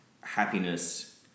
happiness